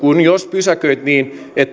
pysäköit niin